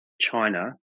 China